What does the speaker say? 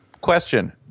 Question